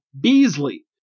Beasley